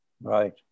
Right